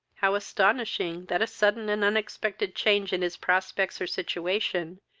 how astonishing that a sudden and unexpected change in his prospects, or situation,